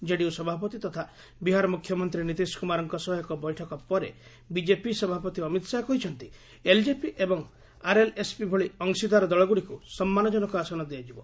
କେଡିୟୁ ସଭାପତି ତଥା ବିହାର ମୁଖ୍ୟମନ୍ତ୍ରୀ ନୀତିଶ କୁମାରଙ୍କ ସହ ଏକ ବୈଠକ ପରେ ବିଜେପି ସଭାପତି ଅମିତ୍ ଶାହା କହିଛନ୍ତି ଏଲ୍ଜେପି ଏବଂ ଆର୍ଏଲ୍ଏସ୍ପି ଭଳି ଅଂଶୀଦାର ଦଳଗୁଡ଼ିକୁ ସମ୍ମାନଜନକ ଆସନ ଦିଆଯିବ